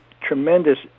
tremendous